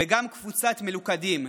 וגם קבוצת "מלוכדים",